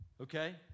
okay